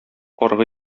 аргы